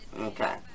okay